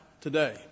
today